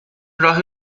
راه